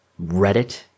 Reddit